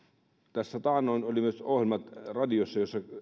tässä taannoin oli myös radiossa ohjelma jossa